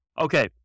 Okay